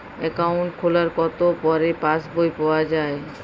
Account খোলার কতো পরে পাস বই পাওয়া য়ায়?